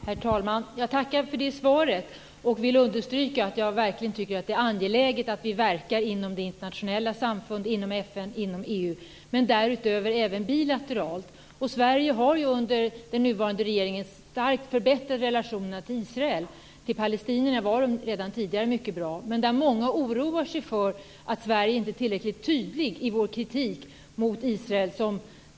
Herr talman! Jag tackar för det svaret. Jag vill understryka att jag verkligen tycker att det är angeläget att vi verkar inom det internationella samfundet, inom FN och inom EU. Därutöver måste vi även verka bilateralt. Sverige har under den nuvarande regeringen starkt förbättrat relationerna med Israel. Relationerna var redan tidigare mycket bra med palestinierna. Men många oroar sig för att Sverige inte är tillräckligt tydligt i sin kritik mot Israel.